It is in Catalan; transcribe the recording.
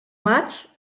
maigs